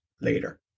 Later